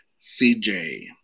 CJ